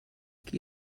qui